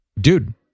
Dude